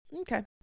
Okay